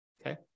Okay